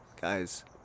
guys